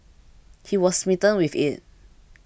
he was smitten with it